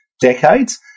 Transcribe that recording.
Decades